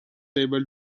able